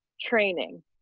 training